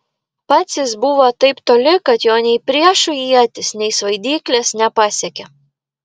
pats jis buvo taip toli kad jo nei priešų ietys nei svaidyklės nepasiekė